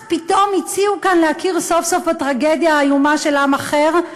אז פתאום הציעו כאן להכיר סוף-סוף בטרגדיה האיומה של עם אחר,